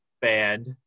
band